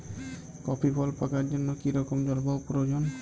Coffee ফল পাকার জন্য কী রকম জলবায়ু প্রয়োজন?